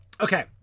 Okay